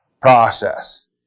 process